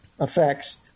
effects